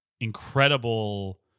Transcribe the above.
incredible